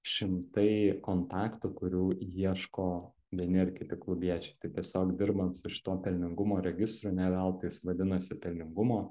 šimtai kontaktų kurių ieško vieni ar kiti klubiečiai tai tiesiog dirbant su šituo pelningumo registru ne veltui jis vadinasi pelningumo